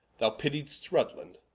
thou pittied'st rutland,